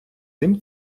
тим